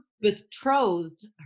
betrothed